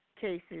cases